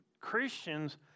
Christians